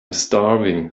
starving